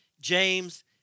James